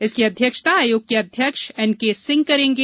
जिसकी अध्यक्षता आयोग के अध्यक्ष एन के सिंह करेंगे